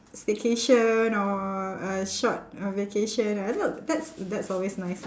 staycation or a short uh vacation I thought that that's always nice